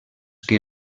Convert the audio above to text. que